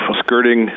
skirting